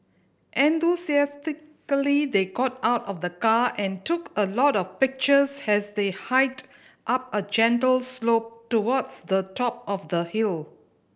enthusiastically they got out of the car and took a lot of pictures has they hiked up a gentle slope towards the top of the hill